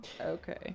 Okay